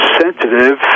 sensitive